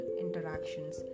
interactions